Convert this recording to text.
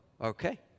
Okay